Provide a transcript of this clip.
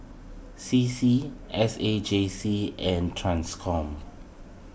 C C S A J C and Transcom